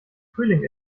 frühling